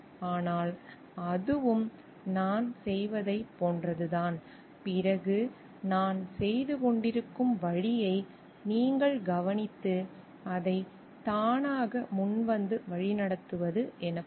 ஆனால் அதுவும் நான் செய்வதைப் போன்றதுதான் பிறகு நான் செய்துகொண்டிருக்கும் வழியை நீங்கள் கவனித்து அதைத் தானாக முன்வந்து வழிநடத்துவது எனப்படும்